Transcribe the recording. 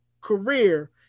career